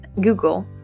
Google